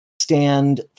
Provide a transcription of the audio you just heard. stand